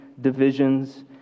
divisions